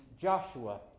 Joshua